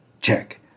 Check